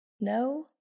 No